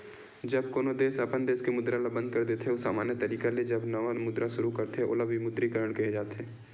जब कोनो देस अपन देस के मुद्रा ल बंद कर देथे अउ समान्य तरिका ले जब नवा मुद्रा सुरू करथे ओला विमुद्रीकरन केहे जाथे